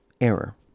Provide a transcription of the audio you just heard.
error